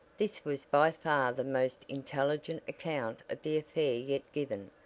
this was by far the most intelligent account of the affair yet given,